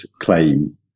claim